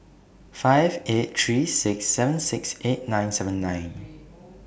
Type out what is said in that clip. five eight three six seven six eight nine seven nine